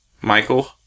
Michael